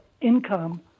income